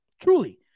Truly